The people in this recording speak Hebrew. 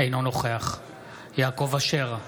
אינו נוכח יעקב אשר,